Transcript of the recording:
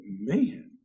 man